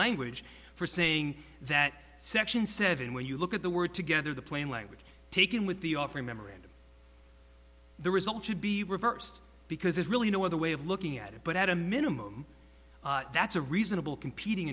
language for saying that section seven when you look at the word together the plain language taken with the offering memorandum the result should be reversed because there's really no other way of looking at it but at a minimum that's a reasonable competing